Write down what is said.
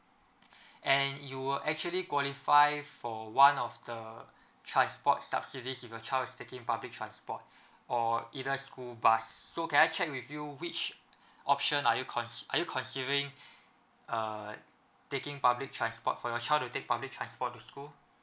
and you will actually qualify for one of the transport subsidies if your child is taking public transport or either school bus so can I check with you which option are you consi~ are you considering uh taking public transport for your child to take public transport to school